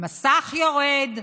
המסך יורד.